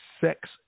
sex